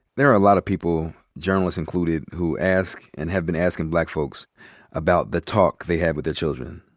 there are a lotta people, journalists included, who ask and have been askin' black folks about the talk they had with their children.